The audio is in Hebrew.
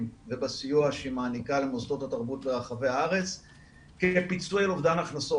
ובסיוע שהיא מעניקה למוסדות התרבות ברחבי הארץ לפיצוי על אובדן הכנסות,